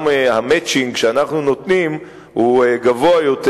ה"מצ'ינג" שאנחנו נותנים הוא גבוה יותר,